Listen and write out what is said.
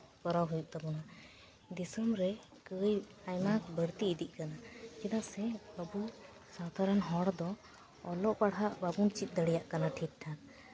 ᱠᱚᱨᱟᱣ ᱦᱩᱭᱩᱜ ᱛᱟᱵᱚᱱᱟ ᱫᱤᱥᱚᱢ ᱨᱮ ᱫᱤᱥᱚᱢ ᱨᱮ ᱠᱟᱹᱭ ᱟᱭᱢᱟ ᱵᱟᱹᱲᱛᱤ ᱤᱫᱤᱜ ᱠᱟᱱᱟ ᱪᱮᱫᱟᱜ ᱥᱮ ᱟᱵᱚ ᱥᱟᱶᱛᱟ ᱨᱮᱱ ᱦᱚᱲ ᱫᱚ ᱚᱞᱚᱜ ᱯᱟᱲᱦᱟᱜ ᱵᱟᱵᱚᱱ ᱪᱮᱫ ᱫᱟᱲᱮᱭᱟᱜ ᱠᱟᱱᱟ ᱴᱷᱤᱠᱴᱷᱟᱠ